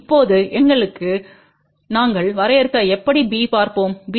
இப்போது எங்களுக்கு நாங்கள் வரையறுக்க எப்படி B பார்ப்போம்B V1 I2வழங்கப்படும் V2 0